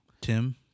Tim